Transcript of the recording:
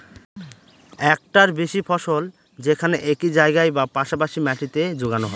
একটার বেশি ফসল যেখানে একই জায়গায় বা পাশা পাশি মাটিতে যোগানো হয়